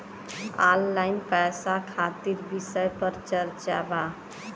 Online पैसा खातिर विषय पर चर्चा वा?